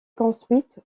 construite